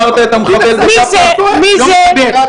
מתכחש שביקרת את המחבל --- הוא לא מחבל.